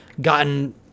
gotten